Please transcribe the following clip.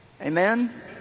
Amen